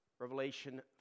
Revelation